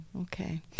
okay